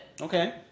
Okay